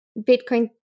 Bitcoin